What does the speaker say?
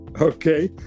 okay